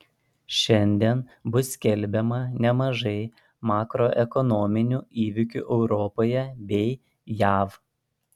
šiandien bus skelbiama nemažai makroekonominių įvykių europoje bei jav